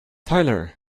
tyler